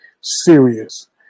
serious